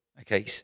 Okay